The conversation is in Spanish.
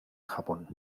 japón